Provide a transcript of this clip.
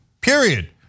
period